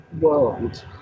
world